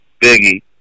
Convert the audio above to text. Biggie